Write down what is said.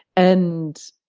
and,